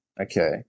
okay